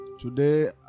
Today